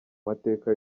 mateka